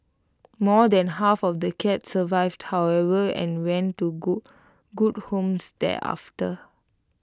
more than half of the cats survived however and went to good good homes thereafter